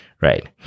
right